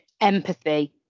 Empathy